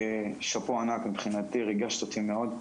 שאפו ענק מבחינתי, ריגשת אותי מאוד.